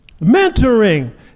Mentoring